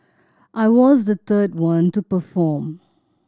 I was the third one to perform